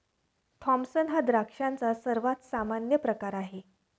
Thompson हा द्राक्षांचा सर्वात सामान्य प्रकार आहे